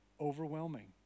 overwhelming